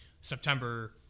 September